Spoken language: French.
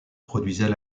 produisait